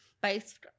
based